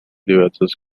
diversos